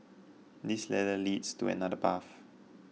this ladder leads to another path